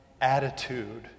attitude